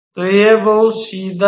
तो यह बहुत सीधा है